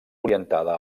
orientada